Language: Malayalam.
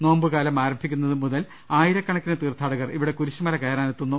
നോമ്പുകാലം ആരംഭിക്കുന്നതു മുതൽ ആയിരക്കണക്കിനു തീർത്ഥാടകർ ഇവിടെ കുരിശുമല കയറാനെത്തുന്നു